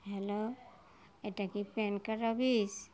hello এটা কি PAN card office